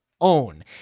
own